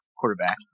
quarterback